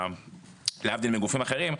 להבדיל מגופים אחרים,